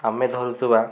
ଆମେ ଧରୁଥିବା